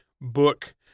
book